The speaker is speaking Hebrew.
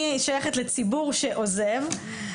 אני שייכת לציבור שעוזב,